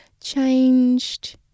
changed